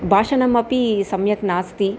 भाषणमपि सम्यक् नास्ति